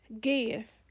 Give